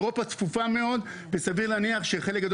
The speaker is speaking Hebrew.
אירופה צפופה מאוד וסביר להניח שחלק גדול